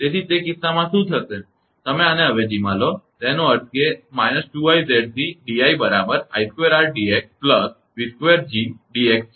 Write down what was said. તેથી તે કિસ્સામાં શું થશે તમે આને અવેજીમાં લો તેનો અર્થ એ કે આ −2𝑖𝑍𝑐𝑑𝑖 બરાબર 𝑖2𝑅𝑑𝑥 𝑣2𝐺𝑑𝑥 છે